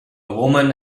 woman